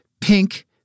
Pink